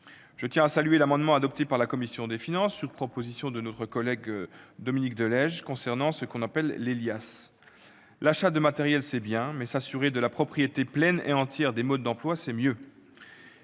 Je tiens à saluer l'amendement qui a été adopté par la commission des finances sur proposition de notre collègue Dominique de Legge concernant ce que l'on appelle « les liasses ». Acheter du matériel, c'est bien ; mais s'assurer de la propriété pleine et entière des modes d'emploi, c'est mieux